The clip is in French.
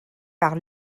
par